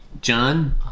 John